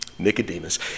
Nicodemus